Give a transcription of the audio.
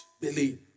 believe